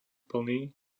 plný